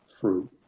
fruit